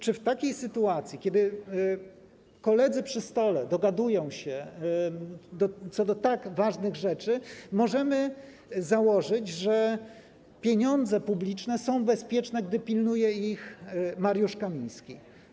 Czy w takiej sytuacji, kiedy koledzy przy stole dogadują się co do tak ważnych rzeczy, możemy założyć, że publiczne pieniądze są bezpieczne, gdy pilnuje ich Mariusz Kamiński?